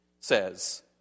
says